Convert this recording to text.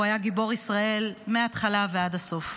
הוא היה גיבור ישראל מההתחלה ועד הסוף.